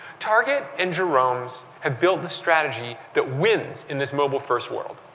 target and jerome's have built the strategy that wins in this mobile-first world.